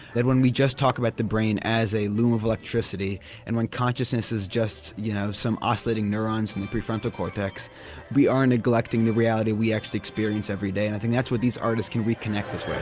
that when we just talk about the brain as a loom of electricity and when consciousness is just, you know, some oscillating neurons in the prefrontal cortex we are neglecting the reality we actually experience every day and i think that's what these artists can reconnect us